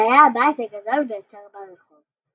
זה היה הבית הגדול ביותר ברחוב.